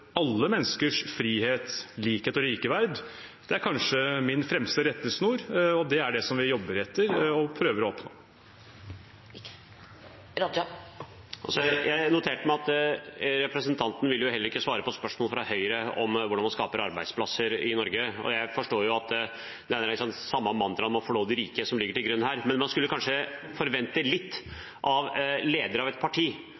alle menneskers frihet, likhet og likeverd, er kanskje min fremste rettesnor. Det er det vi jobber etter og prøver å oppnå. Jeg noterte meg at representanten heller ikke ville svare på spørsmålet fra Høyre om hvordan man skaper arbeidsplasser i Norge. Jeg forstår at det er det samme mantraet om å forråde riket som ligger til grunn her, men man skulle kanskje forvente av lederen av et parti